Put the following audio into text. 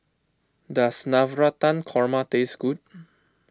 does Navratan Korma taste good